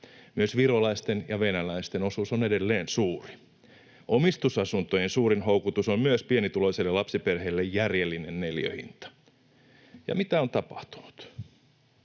Myös virolaisten ja venäläisten osuus on edelleen suuri. Omistusasuntojen suurin houkutus on myös pienituloiselle lapsiperheelle järjellinen neliöhinta. Ja mitä on tapahtunut?